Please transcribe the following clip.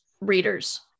readers